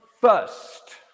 first